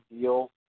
deal